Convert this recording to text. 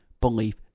belief